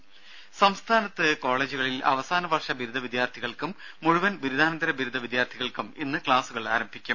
രംഭ സംസ്ഥാനത്ത് കോളജുകളിൽ അവസാന വർഷ ബിരുദ വിദ്യാർഥികൾക്കും മുഴുവൻ ബിരുദാനന്തര ബിരുദ വിദ്യാർഥികൾക്കും ഇന്ന് ക്ലാസുകൾ ആരംഭിക്കും